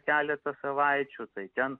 keletą savaičių tai ten